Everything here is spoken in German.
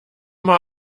mal